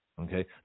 Okay